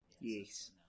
Yes